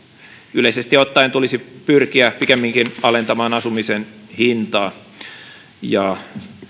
yleisesti ottaen tulisi pyrkiä pikemminkin alentamaan asumisen hintaa